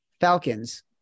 Falcons